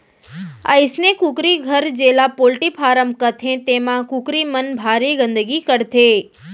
अइसने कुकरी घर जेला पोल्टी फारम कथें तेमा कुकरी मन भारी गंदगी करथे